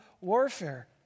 warfare